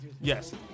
Yes